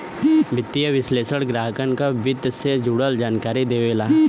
वित्तीय विश्लेषक ग्राहकन के वित्त से जुड़ल जानकारी देवेला